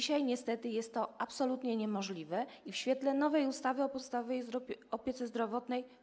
Dzisiaj, niestety, jest to absolutnie niemożliwe, również w świetle nowej ustawy o podstawowej opiece zdrowotnej.